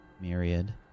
Myriad